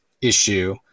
issue